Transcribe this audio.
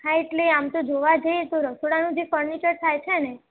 હા એટલે આમ તો જોવા જઈએ તો રસોડાનું જે ફર્નિચર થાય છે